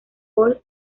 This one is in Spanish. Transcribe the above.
gol